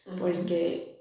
porque